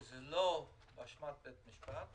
כאשר זה לא באשמת בית משפט,